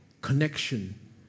connection